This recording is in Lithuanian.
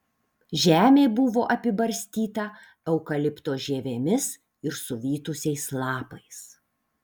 žemė buvo apibarstyta eukalipto žievėmis ir suvytusiais lapais